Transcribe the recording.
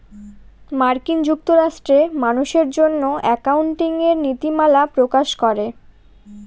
মার্কিন যুক্তরাষ্ট্রে মানুষের জন্য একাউন্টিঙের নীতিমালা প্রকাশ করে